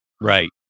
Right